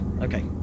Okay